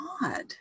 God